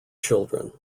children